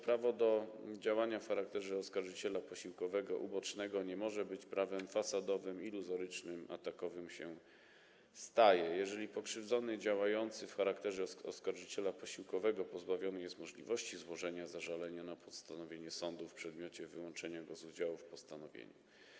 Prawo do działania w charakterze oskarżyciela posiłkowego ubocznego nie może być prawem fasadowym, iluzorycznym, a takowym się staje, jeżeli pokrzywdzony działający w charakterze oskarżyciela posiłkowego pozbawiony jest możliwości złożenia zażalenia na postanowienie sądu w przedmiocie wyłączenia go z udziału w postanowieniu.